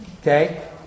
Okay